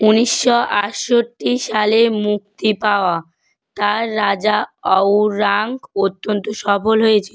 উনিশশো আটষট্টি সালে মুক্তি পাওয়া তাঁর রাজা অউর রাঙ্ক অত্যন্ত সফল হয়েছে